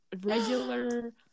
regular